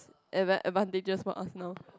advan~ advantages for us now